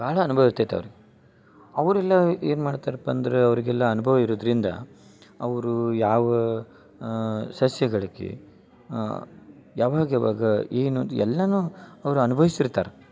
ಭಾಳ ಅನ್ಭವ ಇರ್ತೈತೆ ಅವ್ರ ಅವರೆಲ್ಲ ಏನು ಮಾಡ್ತರಪ್ಪ ಅಂದರೆ ಅವರಿಗೆಲ್ಲ ಅನ್ಭವ ಇರುದರಿಂದ ಅವರು ಯಾವ ಸಸ್ಯಗಳಿಗೆ ಯಾವಾಗ ಯಾವಾಗ ಏನು ಎಲ್ಲನು ಅವ್ರ ಅನ್ಭವಿಸಿರ್ತಾರ